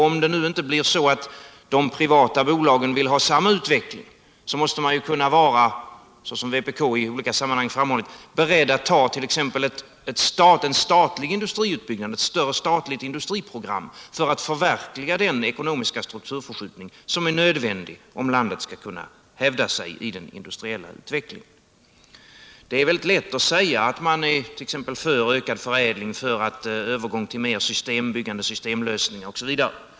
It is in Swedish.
Om det nu inte blir så att de privata bolagen vill ha samma utveckling måste man vara, som vpk i olika sammanhang har framhållit, beredd att ta ett större statligt industriprogram för att förverkliga den ekonomiska strukturförskjutning som är nödvändig om landet skall kunna hävda sig i den industriella utvecklingen. Det är väldigt lätt att säga att man t.ex. är för ökad förädling för att kunna övergå till mer systembyggande, systemlösningar osv.